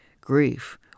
grief